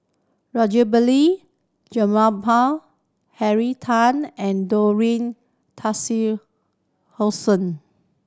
Rajabali Jumabhoy Henry Tan and